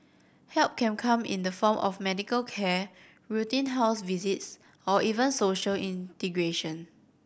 help can come in the form of medical care routine house visits or even social integration